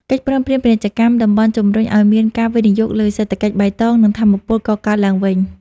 កិច្ចព្រមព្រៀងពាណិជ្ជកម្មតំបន់ជំរុញឱ្យមានការវិនិយោគលើសេដ្ឋកិច្ចបៃតង និងថាមពលកកើតឡើងវិញ។